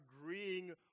agreeing